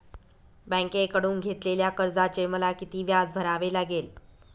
बँकेकडून घेतलेल्या कर्जाचे मला किती व्याज भरावे लागेल?